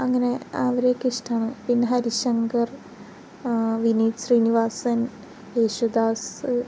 അങ്ങനെ അവരെയൊക്കെ ഇഷ്ടമാണ് പിന്നെ ഹരിശങ്കർ വിനീത് ശ്രീനിവാസൻ യേശുദാസ്